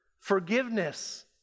forgiveness